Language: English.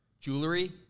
Jewelry